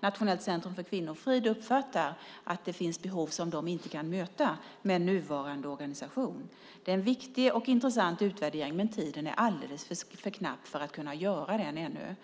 Nationellt centrum för kvinnofrid uppfattar att det finns behov som de inte kan möta med nuvarande organisation. Det är en viktig och intressant utvärdering, men tiden är alldeles för knapp för att kunna göra den ännu.